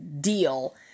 deal